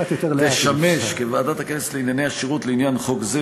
תשמש כוועדת הכנסת לענייני השירות לעניין חוק זה,